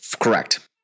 Correct